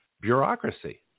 Bureaucracy